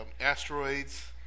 Asteroids